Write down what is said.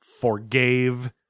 forgave